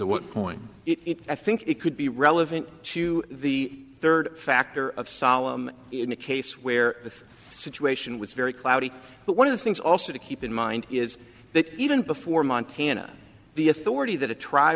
what point it i think it could be relevant to the third factor of solemn in a case where the situation was very cloudy but one of the things also to keep in mind is that even before montana the authority that a tr